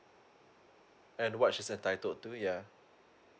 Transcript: and what she's entitled to yeah